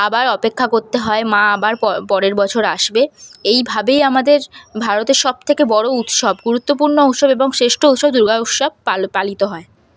আবার অপেক্ষা করতে হয় মা আবার প পরের বছর আসবে এই ভাবেই আমাদের ভারতের সব থেকে বড়ো উৎসব গুরুত্বপূর্ণ উৎসব এবং শেষ্ঠ উৎসব দুর্গা উৎসব পাল পালিত হয়